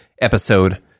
episode